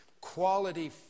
quality